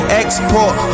export